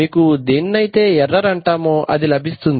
మీకు దేనినైతే ఎర్రర్ అంటామో అది లభిస్తుంది